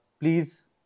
please